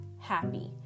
happy